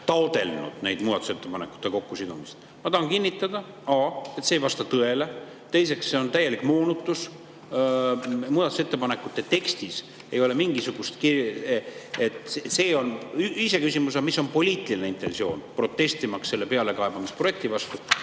taotlenud nende muudatusettepanekute kokkusidumist. Ma tahan kinnitada, esiteks, et see ei vasta tõele, ja teiseks, see on täielik moonutus. Muudatusettepanekute tekstis ei ole mingisugustki … Iseküsimus on, mis on poliitiline intentsioon, protestimaks selle pealekaebamisprojekti vastu,